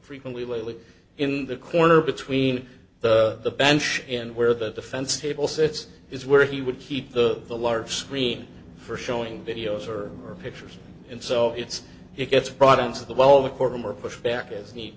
frequently lately in the corner between the bench and where the defense table sits is where he would keep the the large screen for showing videos or pictures and so it's it gets brought into the well the courtroom or pushed back as need